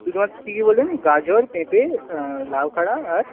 শুধুমাত্র কী কী বললেন গাজর পেঁপে লাউখাড়া আর